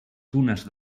dunes